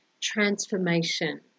transformation